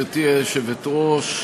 היושבת-ראש,